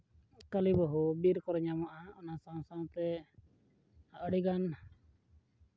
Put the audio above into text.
ᱠᱟᱹᱞᱤ ᱵᱟᱹᱦᱩ ᱵᱤᱨ ᱠᱚᱨᱮᱜ ᱧᱟᱢᱚᱜᱼᱟ ᱚᱱᱟ ᱥᱟᱶ ᱥᱟᱶᱛᱮ ᱟᱹᱰᱤᱜᱟᱱ